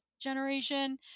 generation